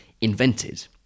invented